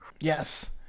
Yes